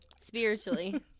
spiritually